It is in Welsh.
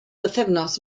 bythefnos